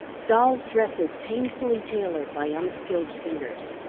dolls' dresses painfully tailored by unskilled fingers,